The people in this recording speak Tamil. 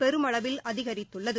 பெருமளவில் அதிகரித்துள்ளது